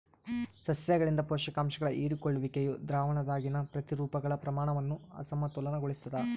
ಸಸ್ಯಗಳಿಂದ ಪೋಷಕಾಂಶಗಳ ಹೀರಿಕೊಳ್ಳುವಿಕೆಯು ದ್ರಾವಣದಾಗಿನ ಪ್ರತಿರೂಪಗಳ ಪ್ರಮಾಣವನ್ನು ಅಸಮತೋಲನಗೊಳಿಸ್ತದ